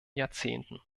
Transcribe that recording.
jahrzehnten